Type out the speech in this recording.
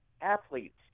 athletes